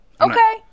Okay